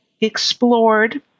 explored